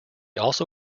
also